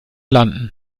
landen